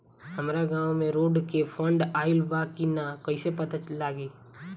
हमरा गांव मे रोड के फन्ड आइल बा कि ना कैसे पता लागि?